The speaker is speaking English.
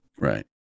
right